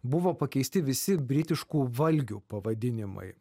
buvo pakeisti visi britiškų valgių pavadinimai